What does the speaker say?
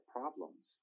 problems